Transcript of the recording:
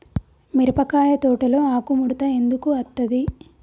మిరపకాయ తోటలో ఆకు ముడత ఎందుకు అత్తది?